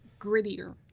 grittier